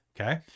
Okay